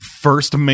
First